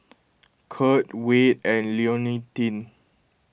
Curt Wayde and Leontine